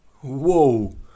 Whoa